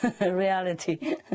reality